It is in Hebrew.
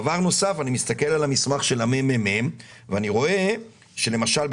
אני מסתכל על המסמך של המ.מ.מ ואני רואה שבקרב